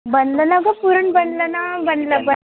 बनलं ना गं पुरण बनलं ना बनलं बन